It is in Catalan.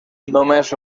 només